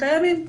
קיימים.